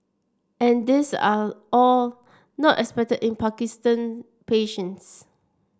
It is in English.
and these are all not unexpected in Parkinson patients